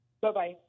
Bye-bye